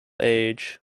age